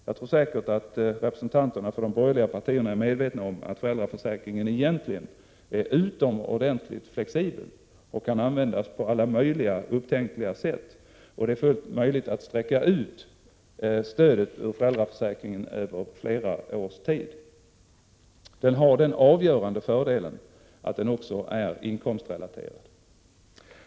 Jag tror säkert att representanterna för de borgerliga partierna är medvetna om att föräldraförsäkringen egentligen är utomordentligt flexibel och kan användas på alla möjliga upptänkliga sätt. Det är fullt möjligt att sträcka ut stödet ur föräldraförsäkringen över flera års tid. Den har den avgörande fördelen att den också är inkomstrelaterad.